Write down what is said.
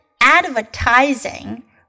advertising